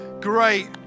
Great